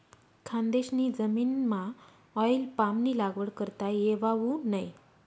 खानदेशनी जमीनमाऑईल पामनी लागवड करता येवावू नै